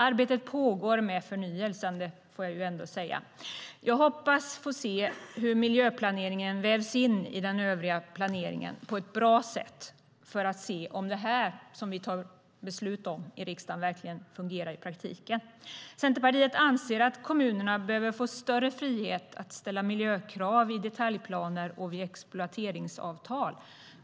Arbetet pågår med förnyelsen, får jag ändå säga. Jag hoppas få se hur miljöplaneringen vävs in i den övriga planeringen på ett bra sätt för att se till att det vi fattar beslut om i riksdagen verkligen fungerar i praktiken. Centerpartiet anser att kommunerna behöver få större frihet att ställa miljökrav i detaljplaner och vid exploateringsavtal.